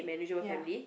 ya